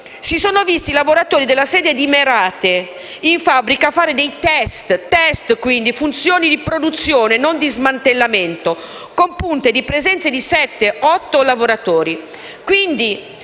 Si sono visti lavoratori della sede di Merate in fabbrica a fare *test,* e ripeto *test*, e quindi funzioni di produzione, non di smantellamento, con punte di presenza di sette, otto lavoratori.